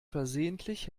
versehentlich